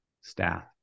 staff